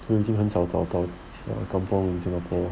最近很少找到 kampung in singapore